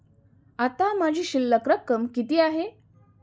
आता माझी शिल्लक रक्कम किती आहे?